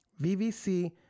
VVC